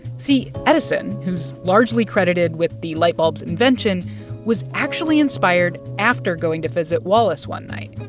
see, edison who's largely credited with the light bulb's invention was actually inspired after going to visit wallace one night.